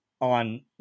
on